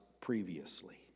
previously